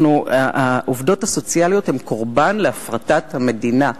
העובדות הסוציאליות הן קורבן להפרטת המדינה,